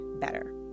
better